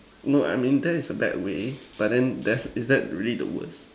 no I mean that is a bad way but then that's is that really the worst